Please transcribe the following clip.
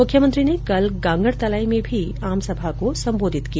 मुख्यमंत्री ने कल गांगड़तलाई में भी आमसभा को संबोधित किया